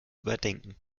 überdenken